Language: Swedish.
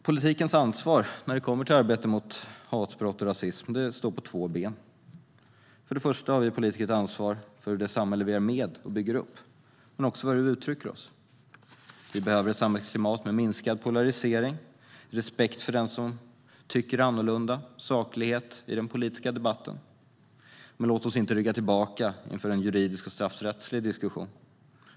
Politikens ansvar när det kommer till arbete mot hatbrott och rasism står på två ben. Vi politiker har både ett ansvar för det samhälle vi är med och bygger upp och för hur vi uttrycker oss. Vi behöver ett samhällsklimat med minskad polarisering, med respekt för den som tycker annorlunda och med saklighet i den politiska debatten. Låt oss inte rygga tillbaka för en juridisk och straffrättslig diskussion.